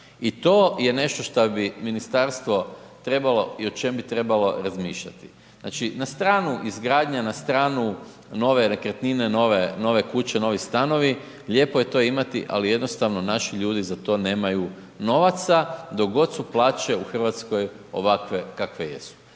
I to je nešto što bi ministarstvo trebalo i o čemu bi trebalo razmišljati. Znači, na stranu izgradnja, na stranu nove nekretnine, nove kuće, novi stanovi, lijepo je to imati, ali jednostavno naši ljudi za to nemaju novaca, dok god su plaće u Hrvatskoj ovakve kakve jesu.